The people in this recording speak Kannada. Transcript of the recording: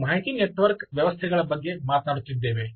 ನಾವು ಮಾಹಿತಿ ನೆಟ್ವರ್ಕ್ ವ್ಯವಸ್ಥೆಗಳ ಬಗ್ಗೆ ಮಾತನಾಡುತ್ತಿದ್ದೇವೆ